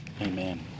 Amen